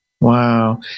Wow